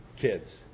kids